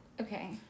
Okay